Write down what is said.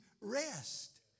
rest